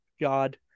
god